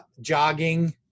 jogging